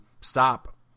stop